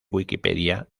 wikipedia